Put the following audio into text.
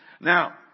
Now